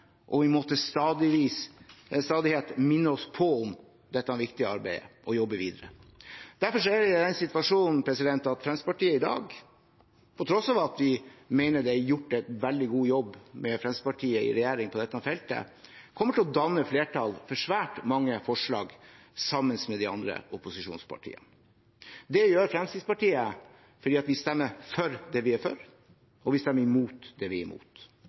og vi må til stadighet minne oss på dette viktige arbeidet og jobbe videre. Derfor er vi i den situasjonen at Fremskrittspartiet i dag, på tross av at vi mener at det er gjort en veldig god jobb med Fremskrittspartiet i regjering på dette feltet, kommer til å danne flertall for svært mange forslag sammen med de andre opposisjonspartiene. Det gjør Fremskrittspartiet fordi vi stemmer for det vi er for, og vi stemmer imot det vi er imot.